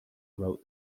wrote